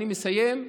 אני מסיים,